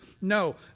No